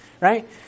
right